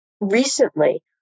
recently